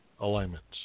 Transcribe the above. alignments